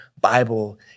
Bible